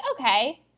okay